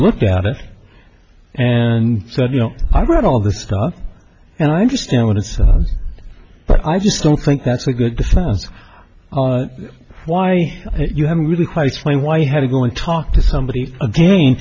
looked at it and said you know i read all this stuff and i understand but i just don't think that's a good defense why you haven't really quite explain why he had to go and talk to somebody again